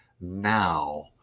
now